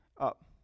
up